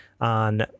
on